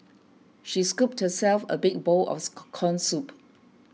she scooped herself a big bowl of the Corn Soup